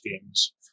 games